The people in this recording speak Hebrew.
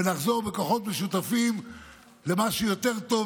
ונחזור בכוחות משותפים למשהו יותר טוב,